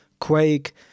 Quake